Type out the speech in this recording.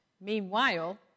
Meanwhile